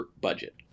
budget